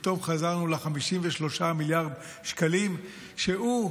פתאום חזרנו ל-53 מיליארד השקלים, שהוא,